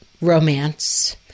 romance